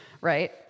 Right